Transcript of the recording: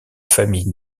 familles